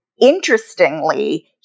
interestingly